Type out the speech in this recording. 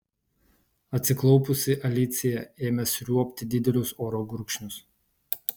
atsiklaupusi alicija ėmė sriuobti didelius oro gurkšnius